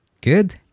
Good